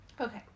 Okay